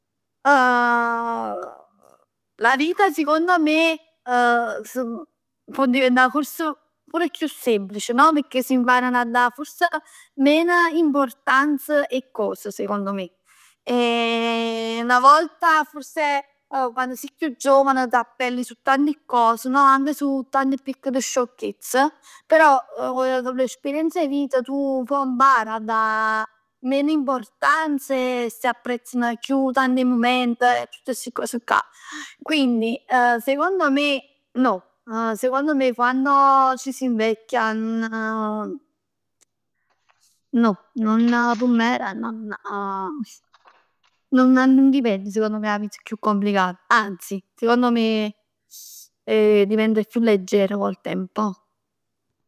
La vita sicond me s' pò diventà fors pur chiù semplice no? Pecchè si imparano 'a da meno importanz 'e cos sicond me. 'Na volta forse, quann si chiù giovane t'appelli su tanti cos, no? Anche su tanti piccole sciocchezz, però cu l'esperienz 'e vita tu pò impari 'a da meno importanza e s'apprezzano più tanti mument e tutt sti cos cà. Quindi secondo me, no, secondo me quando ci si invecchia non no non, comm era? Non non diventa 'a vita chiù complicata, anzi secondo me diventa chiù leggera con il tempo.